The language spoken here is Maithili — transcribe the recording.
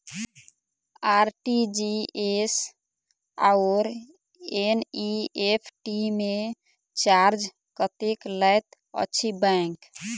आर.टी.जी.एस आओर एन.ई.एफ.टी मे चार्ज कतेक लैत अछि बैंक?